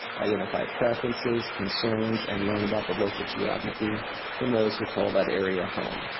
identify preferences, concerns, and learn about the local geography from those who call that area home.